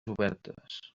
obertes